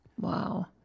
Wow